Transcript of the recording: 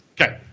Okay